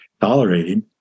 tolerating